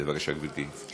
בבקשה, גברתי.